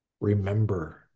Remember